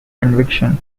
conviction